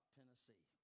Tennessee